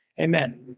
Amen